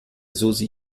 susi